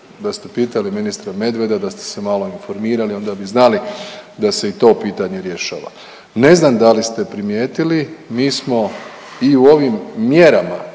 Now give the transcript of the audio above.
da ste pitali ministra Medveda, da ste se malo informirali onda bi znali da se i to pitanje rješava. Ne znam da li ste primijetili mi smo i u ovim mjerama,